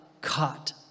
caught